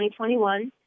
2021